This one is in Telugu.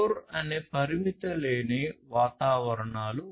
CoRE అనేది పరిమితి లేని వాతావరణాలు